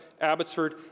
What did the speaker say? Abbotsford